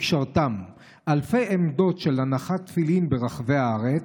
"וקשרתם" אלפי עמדות של הנחת תפילין ברחבי הארץ.